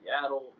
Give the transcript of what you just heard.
Seattle